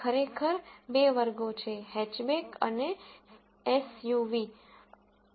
તેથી ખરેખર બે વર્ગો છે હેચબેક અને એસયુવી